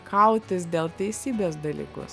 kautis dėl teisybės dalykus